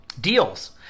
deals